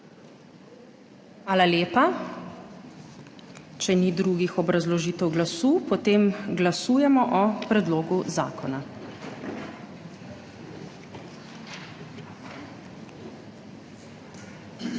Hvala lepa. Če ni drugih obrazložitev glasu, potem glasujemo o predlogu zakona.